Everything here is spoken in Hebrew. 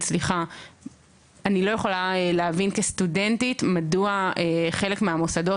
אני לא יכולה להבין כסטודנטית מדוע חלק מהמוסדות